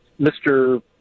Mr